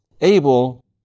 Abel